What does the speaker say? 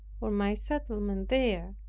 for my settlement there,